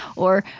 or,